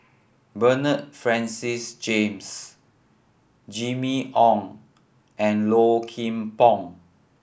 Bernard Francis James Jimmy Ong and Low Kim Pong